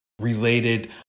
related